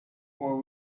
were